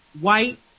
White